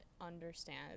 understand